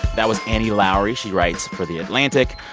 that was annie lowrey. she writes for the atlantic.